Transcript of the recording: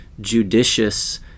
judicious